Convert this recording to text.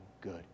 good